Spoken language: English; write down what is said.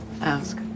ask